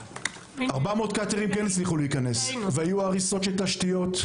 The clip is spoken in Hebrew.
400 קאטרים כן הצליחו להיכנס והיו הריסות של תשתיות,